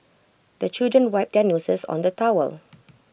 the children wipe their noses on the towel